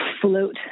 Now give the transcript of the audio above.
float